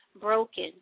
Broken